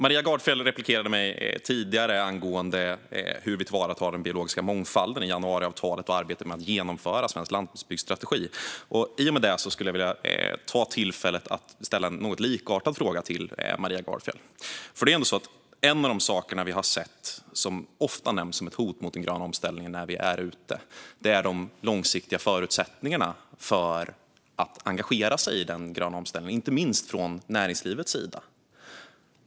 Maria Gardfjell tog tidigare replik på mig angående hur vi tar till vara den biologiska mångfalden i januariavtalet och arbetet med att genomföra svensk landsbygdsstrategi. Jag vill ta tillfället i akt att ställa en likartad fråga till Maria Gardfjell. En av de saker som vi har sett och som ofta nämns som ett hot mot den gröna omställningen, inte minst från näringslivet, är de långsiktiga förutsättningarna för att engagera sig i den gröna omställningen.